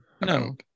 No